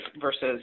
versus